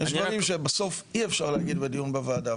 יש דברים שבסוף אי אפשר להגיד בדיון בוועדה.